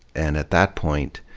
and at that point,